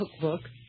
cookbook